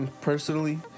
personally